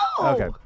Okay